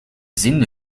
zin